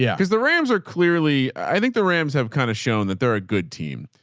yeah because the rams are clearly, i think the rams have kind of shown that they're a good team,